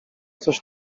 coś